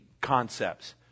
concepts